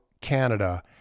Canada